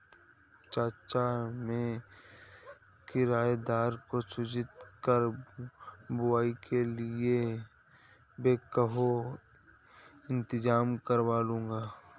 चाचा मैं किराएदार को सूचित कर बुवाई के लिए बैकहो इंतजाम करलूंगा